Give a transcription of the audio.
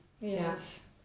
yes